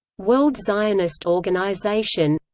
world zionist organization